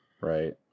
Right